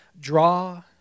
draw